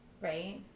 Right